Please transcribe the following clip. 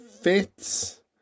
fits